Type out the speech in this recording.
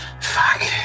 Fuck